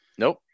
Nope